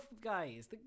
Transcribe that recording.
guys